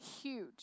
huge